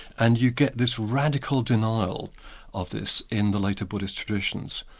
and you get this radical denial of this in the later buddhist traditions,